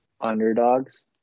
underdogs